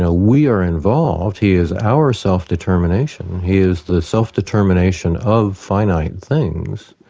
ah we are involved, he is our self-determination, he is the self-determination of finite things,